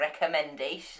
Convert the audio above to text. recommendation